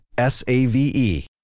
S-A-V-E